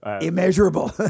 immeasurable